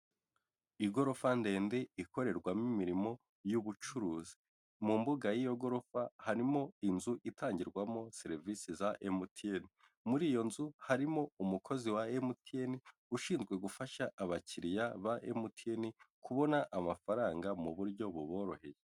Igorofa ndende ikorerwamo imirimo y'ubucuruzi, mu mbuga yiyo gorofa harimo inzu itangirwamo serivisi za MTN, muri iyo nzu harimo umukozi wa MTN ushinzwe gufasha abakiriya ba MTN kubona amafaranga mu buryo buboroheye.